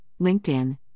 LinkedIn